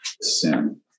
sin